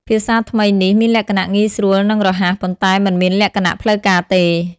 ភាសាថ្មីនេះមានលក្ខណៈងាយស្រួលនិងរហ័ស ប៉ុន្តែមិនមានលក្ខណៈផ្លូវការទេ។